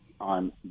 on